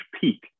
peak